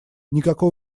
никакой